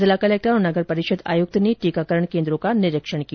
जिला कलेक्टर और नगर परिषद आयुक्त ने टीकाकरण कोन्द्रों का निरीक्षण किया